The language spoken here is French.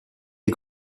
est